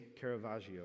Caravaggio